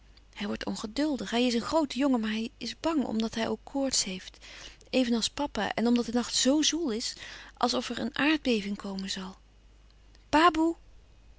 hij wordt ongeduldig hij is een groote jongen maar hij is bang omdat hij ook koorts heeft even als papa en omdat de nacht zo zwoel is als of er een aardbeving komen zal baboe